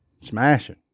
Smashing